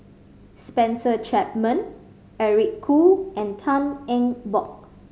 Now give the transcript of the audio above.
Spencer Chapman Eric Khoo and Tan Eng Bock